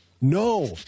No